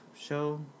show